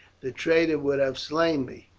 the traitor would have slain me.